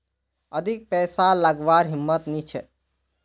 अधिक पैसा लागवार हिम्मत नी छे